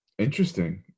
Interesting